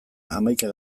hamaika